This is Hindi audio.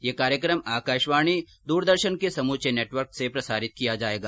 ये कार्यक्रम आकाशवाणी दूरदर्शन के समूचे नेटवर्क से प्रसारित किया जायेगा